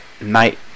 Night